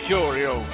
Curio